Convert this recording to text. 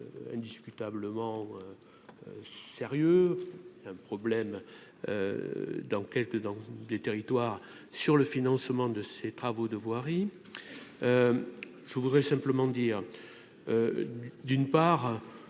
indiscutablement sérieux, c'est un problème dans quelques, dans les territoires sur le financement de ces travaux de voirie, je voudrais simplement dire d'une part,